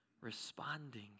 responding